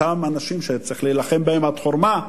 אותם אנשים שצריך להילחם בהם עד חורמה,